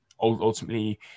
ultimately